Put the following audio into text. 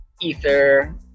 Ether